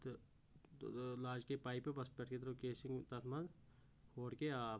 تہٕ ٲں لاجہِ کیٛاہ پایپہٕ بس پٮ۪ٹھ کیٛاہ ترٛٲو کیسِنٛگ تتھ مںٛز کھوڈ کیٛاہ آب